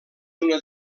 una